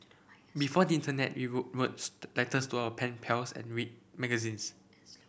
before internet we wrote words letters to our pen pals and read magazines